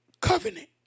covenant